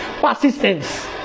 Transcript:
Persistence